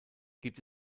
gibt